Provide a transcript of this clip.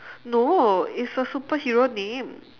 no it's a superhero name